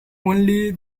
only